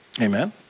Amen